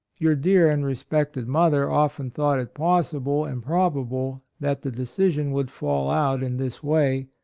your dear and respected mother often thought it possible and proba ble that the decision would fall out in this way,